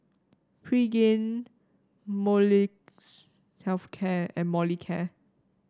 Pregain Molnylcke Health Care and Molicare